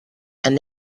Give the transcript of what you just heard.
and